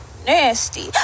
Nasty